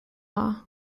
law